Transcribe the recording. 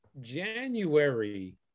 January